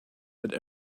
but